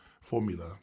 formula